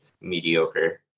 mediocre